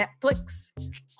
Netflix